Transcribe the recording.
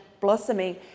Blossoming